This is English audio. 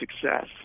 success